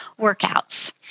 workouts